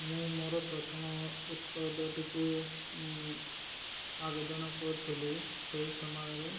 ମୁଁ ମୋର ପ୍ରଥମ ଉତ୍ପାଦଟିକୁ ଆବେଦନ କରୁଥିଲି ସେହି ସମୟରେ